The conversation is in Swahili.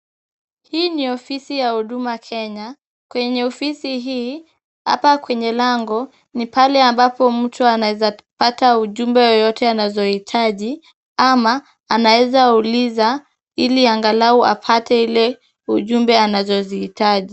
Hii ni ofisi ya huduma Kenya. Kwenye ofisi hii, hapa kwenye lango ni pale ambapo mtu anaeza pata ujumbe yoyote anazohitaji, ama anaeza uliza ili angalau apate ile ujumbe anazozihitaji.